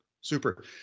super